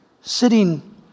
Sitting